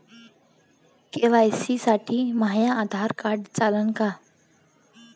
KYC साठी माह्य Aadhaar card चालन का?